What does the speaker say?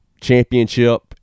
championship